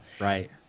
Right